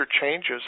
changes